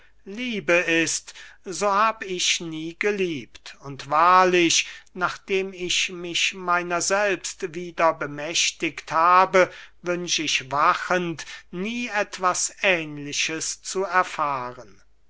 liebe ist so hab ich nie geliebt und wahrlich nachdem ich mich meiner selbst wieder bemächtigt habe wünsch ich wachend nie etwas ähnliches zu erfahren